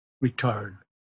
return